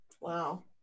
Wow